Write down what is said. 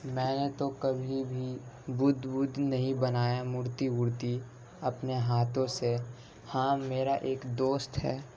میں نے تو کبھی بھی بدھ ودھ نہیں بنایا مورتی وورتی اپنے ہاتھوں سے ہاں میرا ایک دوست ہے